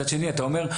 מצד שני אתה אומר,